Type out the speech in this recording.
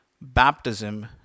baptism